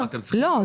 לא.